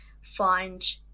find